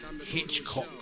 Hitchcock